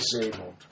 disabled